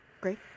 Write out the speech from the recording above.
Great